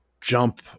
jump